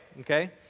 okay